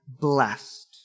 blessed